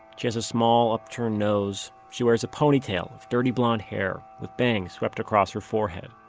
she has a small upturned nose. she wears a ponytail of dirty blond hair with bangs swept across her forehead.